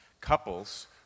Couples